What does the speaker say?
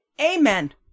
Amen